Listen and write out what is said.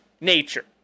nature